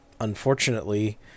unfortunately